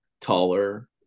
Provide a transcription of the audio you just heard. taller